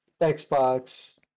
Xbox